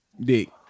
dick